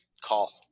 call